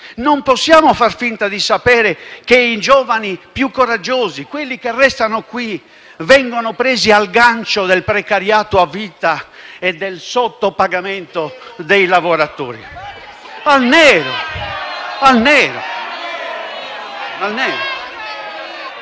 Non possiamo far finta di non sapere che i giovani più coraggiosi, quelli che restano qui, vengono presi al gancio del precariato a vita e del sottopagamento dei lavoratori, a nero.